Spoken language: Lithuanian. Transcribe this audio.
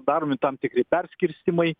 daromi tam tikri perskirstymai